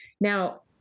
Now